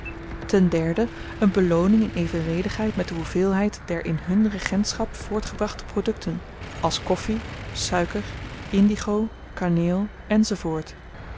een belooning in evenredigheid met de hoeveelheid der in hun regentschap voortgebrachte produkten als koffi suiker indigo kaneel